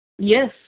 Yes